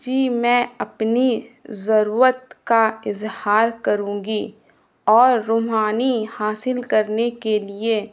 جی میں اپنی ضرورت کا اظہار کروں گی اور روحانی حاصل کرنے کے لیے